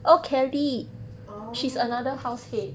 orh